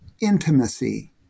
Intimacy